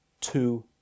Two